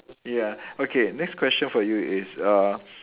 ya okay next question for you is uh